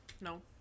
no